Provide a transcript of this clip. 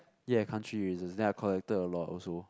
ya country erasers then I collected a lot also